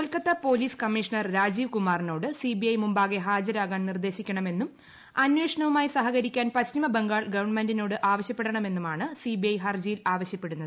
Kolkata police commissioner Rajiv കുമാറിനോട് CBI മുമ്പാകെ ഹാജരാകാൻ നിർദ്ദേശിക്കണമെന്നും അന്വേഷണവുമായി സഹകരിക്കാൻ പശ്ചിമ ബംഗാൾ ഗവൺമെന്റിനോട് ആവശ്യപ്പെടണമെന്നുമാണ് സിബിഐ ഹർജിയിൽ ആവശ്യപ്പെടുന്നത്